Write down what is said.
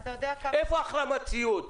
איפה החרמת ציוד?